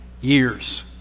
years